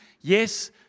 yes